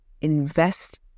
invest